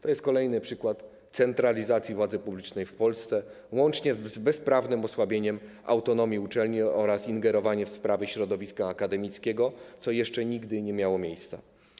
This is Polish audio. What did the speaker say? To jest kolejny przykład centralizacji władzy publicznej w Polsce, łącznie z bezprawnym osłabieniem autonomii uczelni, oraz ingerowanie w sprawy środowiska akademickiego, co jeszcze nigdy nie miało miejsca.